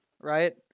right